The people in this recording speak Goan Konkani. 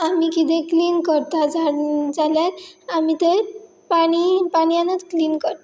आमी किदें क्लीन करता ज जाल्यार आमी थंय पाणी पानयनच क्लीन करता